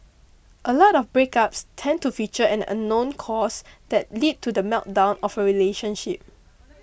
a lot of breakups tend to feature an unknown cause that lead to the meltdown of a relationship